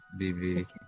BB